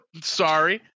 sorry